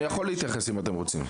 אני יכול להתייחס אם אתם רוצים.